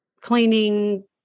cleaning